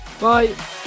bye